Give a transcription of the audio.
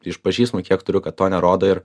iš pažįstamų kiek turiu kad to nerodo ir